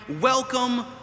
Welcome